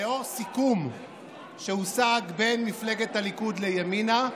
לאור סיכום שהושג בין מפלגת הליכוד לימינה,